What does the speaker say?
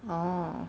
orh